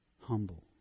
humble